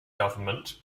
government